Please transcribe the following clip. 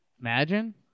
Imagine